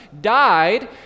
died